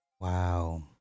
wow